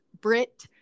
Brit